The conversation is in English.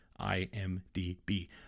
IMDB